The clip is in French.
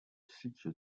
cycle